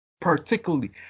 particularly